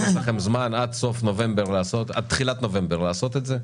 אז יש לכם זמן עד תחילת נובמבר לעשות את זה,